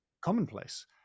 commonplace